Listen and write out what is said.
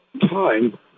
time